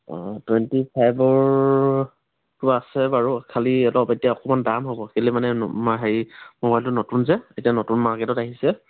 অ' twenty ফাইভৰটো আছে বাৰু খালী অলপ এতিয়া অকণমান দাম হ'ব কেলেই মানে হেৰি ম'বাইলটো নতুন যে এতিয়া নতুন মাৰ্কেটত আহিছে